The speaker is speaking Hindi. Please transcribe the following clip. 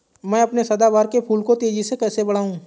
मैं अपने सदाबहार के फूल को तेजी से कैसे बढाऊं?